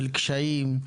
של קשיים,